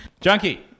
Junkie